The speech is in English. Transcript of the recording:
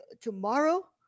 tomorrow